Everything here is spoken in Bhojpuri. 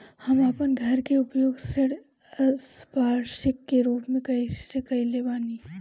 हम अपन घर के उपयोग ऋण संपार्श्विक के रूप में कईले बानी